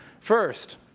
first